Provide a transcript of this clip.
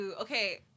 Okay